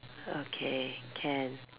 okay can